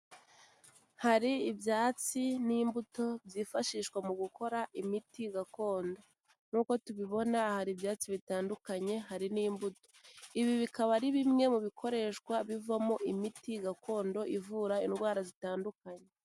Hari ibyatsi n'imbuto, zifashishwa mu gukora imiti gakondo nkuko tubibona hari ibyatsi bitandukanye, hari n'imbuto. Ibi bikaba ari bimwe mu bikoreshwa bivamo imiti gakondo, ivura indwara zitandukanye.